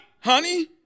Honey